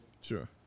Sure